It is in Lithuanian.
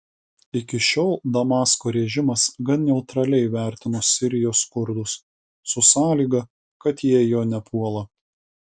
iki šiol damasko režimas gan neutraliai vertino sirijos kurdus su sąlyga kad jie jo nepuola